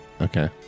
okay